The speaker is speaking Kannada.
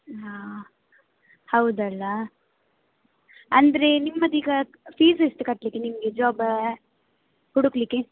ಹಾಂ ಹೌದಲ್ಲ ಅಂದರೆ ನಿಮ್ಮದೀಗ ಫೀಸ್ ಎಷ್ಟು ಕಟ್ಟಲಿಕ್ಕೆ ನಿಮಗೆ ಜಾಬ ಹುಡುಕಲಿಕ್ಕೆ